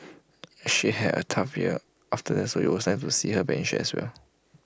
she had A tough year after that so to see her back in shape as well